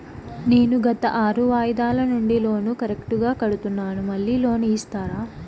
నేను గత ఆరు వాయిదాల నుండి లోను కరెక్టుగా కడ్తున్నాను, మళ్ళీ లోను ఇస్తారా?